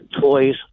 toys